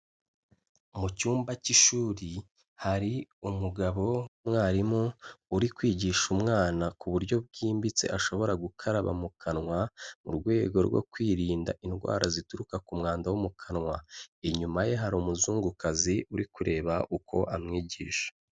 Mu cyumba cy'ishuri hari umugabo w'umwarimu uri kwigisha umwana ku buryo bwimbitse ashobora gukaraba mu kanwa mu rwego rwo kwirinda indwara zituruka ku mwanda wo mu kanwa, inyuma ye hari umuzungukazi uri kureba uko amwigisha.